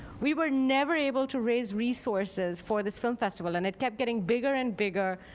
we were never able to raise resources for this film festival, and it kept getting bigger and bigger.